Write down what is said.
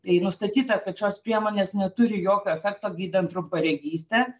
tai nustatyta kad šios priemonės neturi jokio efekto gydant trumparegystę